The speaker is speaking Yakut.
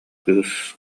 кыыс